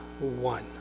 one